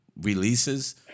releases